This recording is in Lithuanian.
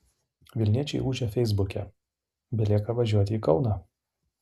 vilniečiai ūžia feisbuke belieka važiuoti į kauną